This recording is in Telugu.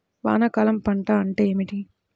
వానాకాలం పంట అంటే ఏమిటి?